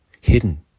hidden